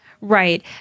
Right